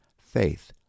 faith